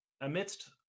amidst